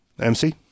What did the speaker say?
mc